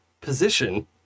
position